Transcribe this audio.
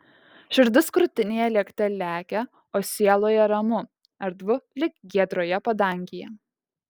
širdis krūtinėje lėkte lekia o sieloje ramu erdvu lyg giedroje padangėje